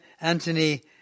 Anthony